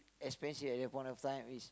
especially at the point of time is